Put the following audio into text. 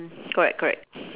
correct correct